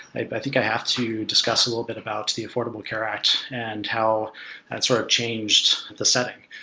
i think i have to discuss a little bit about the affordable care act and how that sort of changed the setting.